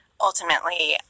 ultimately